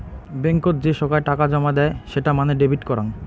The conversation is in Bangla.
বেঙ্কত যে সোগায় টাকা জমা দেয় সেটা মানে ডেবিট করাং